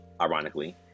ironically